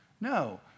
No